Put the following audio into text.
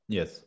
Yes